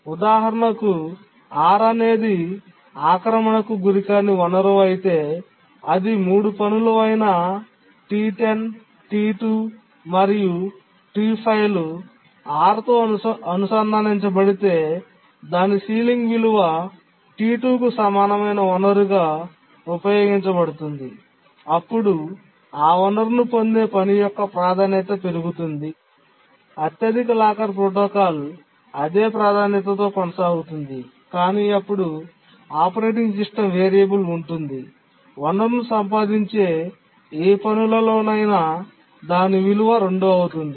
ఉదాహరణకు R అనేది ఆక్రమణకు గురి కాని వనరు అయితే అది మూడు పనులు అయిన T10 T2 మరియు T5 లు R తో అనుబంధించబడితే దాని పైకప్పు విలువ T2 కు సమానమైన వనరుగా ఉపయోగించబడుతుంది అప్పుడు ఆ వనరును పొందే పని యొక్క ప్రాధాన్యత పెరుగుతుంది అత్యధిక లాకర్ ప్రోటోకాల్ అదే ప్రాధాన్యతతో కొనసాగుతుంది కాని అప్పుడు ఆపరేటింగ్ సిస్టమ్ వేరియబుల్ ఉంటుంది వనరును సంపాదించే ఏ పనులలోనైనా దాని విలువ రెండు అవుతుంది